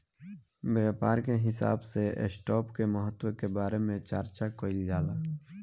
व्यापार के हिसाब से स्टॉप के महत्व के बारे में चार्चा कईल जाला